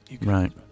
right